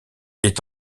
est